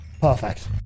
Perfect